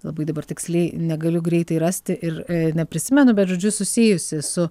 labai dabar tiksliai negaliu greitai rasti ir neprisimenu bet žodžiu susijusi su